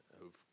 who've